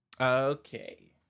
Okay